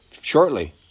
shortly